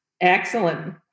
Excellent